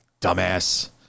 Dumbass